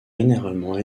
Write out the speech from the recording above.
généralement